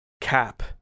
Cap